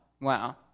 wow